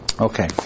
Okay